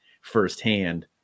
firsthand